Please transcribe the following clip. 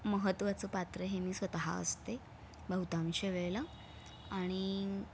महत्त्वाचं पात्र हे मी स्वतः असते बहुतांश वेळेला आणि